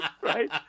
right